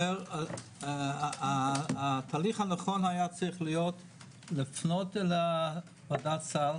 התהליך הנכון היה לפנות לוועדת הסל